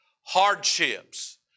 Hardships